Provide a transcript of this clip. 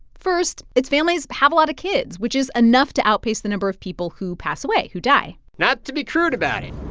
first, its families have a lot of kids, which is enough to outpace the number of people who pass away, who die not to be crude about it